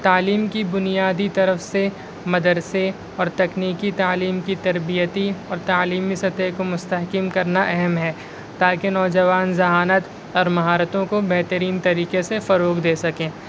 تعلیم کی بنیادی طرف سے مدرسے اور تکنیکی تعلیم کی تربیتی اور تعلیمی سطح کو مستحکم کرنا اہم ہے تاکہ نوجوان ذہانت اور مہارتوں کو بہترین طریقے سے فروغ دے سکیں